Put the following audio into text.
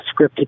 scripted